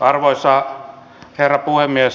arvoisa herra puhemies